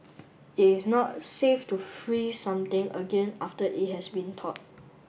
it is not safe to freeze something again after it has been thawed